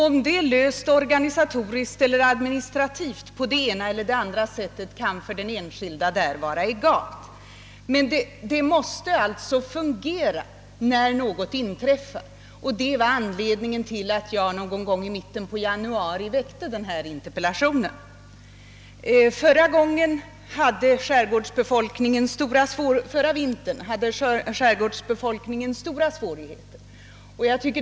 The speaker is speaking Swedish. Om problemet löses organisatoriskt eller administrativt på det ena eller andra sättet, kan för den enskilde vara egalt, men det måste fungera när något inträffar. Det var anledningen till att jag någon gång i mitten av januari väckte denna interpellation. Förra vintern hade skärgårdsbefolkningen stora svårigheter.